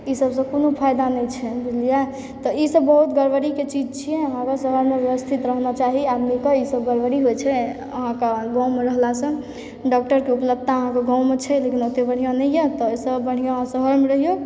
ई सबसँ कोनो फायदा नहि छै बुझलियै तऽ ई सब बहुत गरबड़ी के चीज छियै अहाँके शहरमे व्यवस्थित रहना चाही नहि तऽ आदमीके ई सब गरबड़ी होइ छै अहाँके गाँव मे रहला सँ डॉक्टरके उपलब्धता अहाँके गाँव मे छै लेकिन ओतए बढ़िऑं नहि यऽ तऽ ओहिसँ बढ़िऑं शहर मे रहियौ